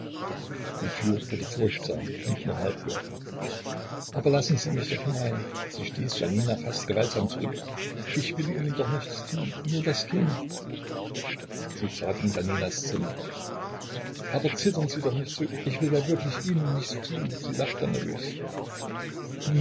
die tür wurde furchtsam und nur halb geöffnet aber lassen sie mich doch hinein sie stieß janina fast gewaltsam zurück ich will ihnen doch nichts tun nur das kind sie trat in janinas zimmer aber zittern sie doch nicht so ich will ja wirklich ihnen nichts tun sie lachte nervös